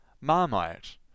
Marmite